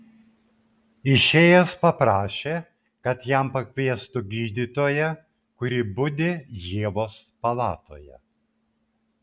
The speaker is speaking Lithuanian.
išėjęs paprašė kad jam pakviestų gydytoją kuri budi ievos palatoje